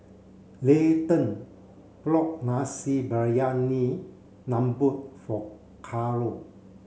Layton brought Nasi Briyani Lembu for Carlo